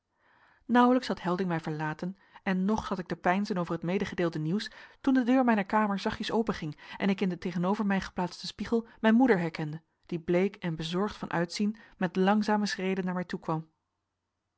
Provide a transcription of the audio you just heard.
nauwelijks had helding mij verlaten en nog zat ik te peinzen over het medegedeelde nieuws toen de deur mijner kamer zachtjes openging en ik in den tegenover mij geplaatsten spiegel mijn moeder herkende die bleek en bezorgd van uitzien met langzame schreden naar mij toekwam